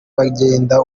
bagenda